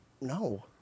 No